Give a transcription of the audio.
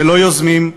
ולא יוזמים.